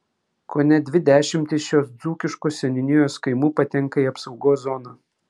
kone dvi dešimtys šios dzūkiškos seniūnijos kaimų patenka į apsaugos zoną